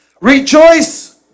Rejoice